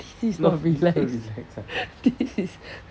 this is not relax this is